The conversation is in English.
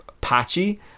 patchy